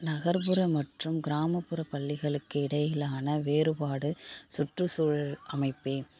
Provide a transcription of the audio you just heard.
நகர்ப்புற மற்றும் கிராமப்புற பள்ளிகளுக்கு இடையிலான வேறுபாடு சுற்றுசூழல் அமைப்பேன்